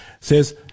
says